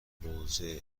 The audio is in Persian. موضع